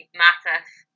massive